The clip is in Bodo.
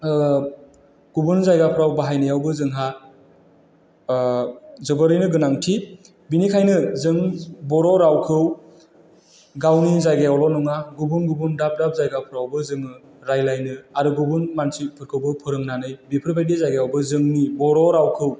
गुबुन जायगाफ्राव बाहायनायावबो जोंहा जोबोरैनो गोनांथि बिनिखायनो जों बर' रावखौ गावनि जायगायावल' नङा गुबुन गुबुन दाब दाब जायगाफ्रावबो जोङो रायज्लायनो आरो गुबुन मानसिफोरखौबो फोरोंनानै बेफोरबायदि जायगायावबो जोंनि बर' रावखौ